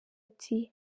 ati